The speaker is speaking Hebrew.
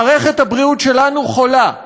מערכת הבריאות שלנו חולה,